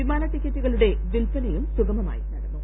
വിമ്യനീടിക്കറ്റുകളുടെ വിൽപ്പനയും സുഗമമായി നടന്നു